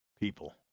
people